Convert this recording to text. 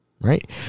Right